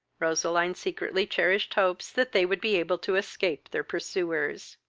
roseline secretly cherished hopes that they would be able to escape their pursuers.